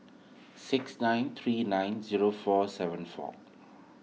six nine three nine zero four seven four